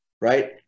right